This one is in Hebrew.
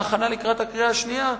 בהכנה לקראת הקריאה השנייה,